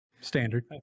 Standard